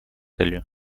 целью